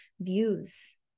views